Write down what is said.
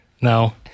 No